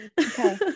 Okay